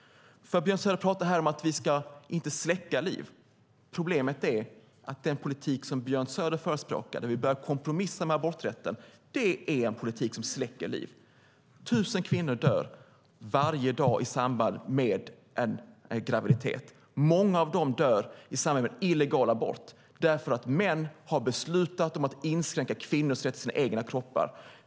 Björn Söder pratar här om att vi inte ska släcka liv. Problemet är att den politik som Björn Söder förespråkar, där vi börjar kompromissa med aborträtten, är en politik som släcker liv. Tusen kvinnor dör varje dag i samband med graviditet. Många av dem dör i samband med illegal abort, därför att män har beslutat att inskränka kvinnors rätt till sina egna kroppar.